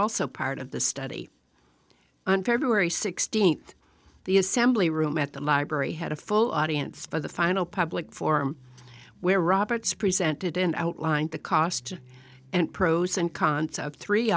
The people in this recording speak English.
also part of the study on feb sixteenth the assembly room at the library had a full audience for the final public forum where roberts presented and outlined the cost and pros and cons of three